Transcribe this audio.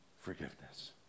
forgiveness